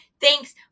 Thanks